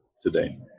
today